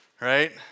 right